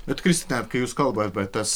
bet kristina kai jūs kalba apie tas